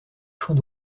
chant